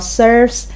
serves